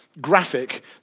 graphic